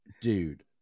Dude